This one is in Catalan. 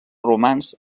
romans